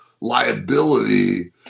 liability